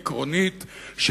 עקרונית,